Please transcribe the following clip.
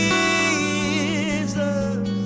Jesus